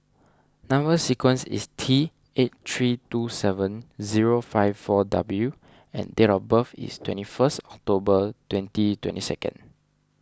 Number Sequence is T eight three two seven zero five four W and date of birth is twenty first October twenty twenty second